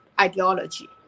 ideology